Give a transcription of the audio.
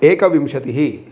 एकविंशतिः